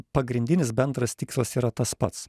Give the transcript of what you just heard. pagrindinis bendras tikslas yra tas pats